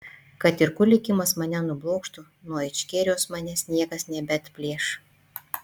kad ir kur likimas mane nublokštų nuo ičkerijos manęs niekas nebeatplėš